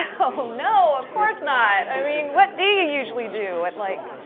oh, no, of course not. i mean what do you usually do? what, like,